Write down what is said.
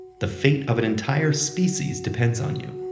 the fate of an entire species depends on you.